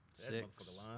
Six